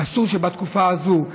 אסור שבתקופה הזאת,